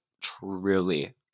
truly